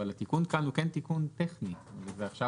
אבל התיקון כאן הוא כן תיקון טכני וזה עכשיו